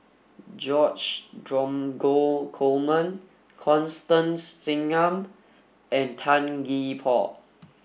George Dromgold Coleman Constance Singam and Tan Gee Paw